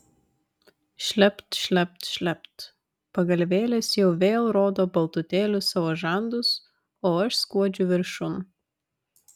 šlept šlept šlept pagalvėlės jau vėl rodo baltutėlius savo žandus o aš skuodžiu viršun